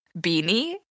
beanie